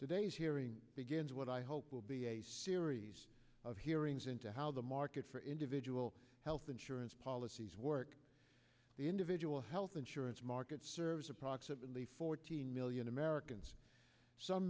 today's hearing begins what i hope will be a series of hearings into how the market for individual health insurance policies work the individual health insurance market serves approximately fourteen million americans some